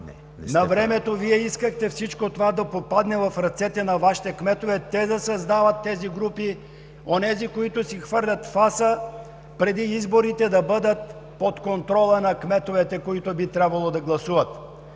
навремето Вие искахте всичко това да попадне в ръцете на Вашите кметове, те да създават тези групи – онези, които си хвърлят фаса, преди изборите да бъдат под контрола на кметовете, за които би трябвало да гласуват.